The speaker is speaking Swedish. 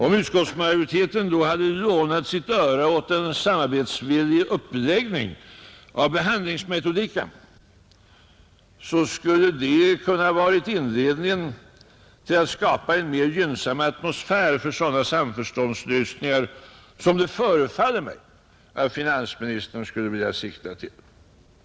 Om utskottsmajoriteten då hade lånat sitt öra åt en samarbetsvillig uppläggning av behandlingsmetodiken, så skulle det kunnat vara inledningen till att skapa en mer gynnsam atmosfär för sådana samförståndslösningar som det förefaller mig att finansministern skulle vilja sikta till.